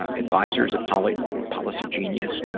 ah advisors of poli, policygenius, ah,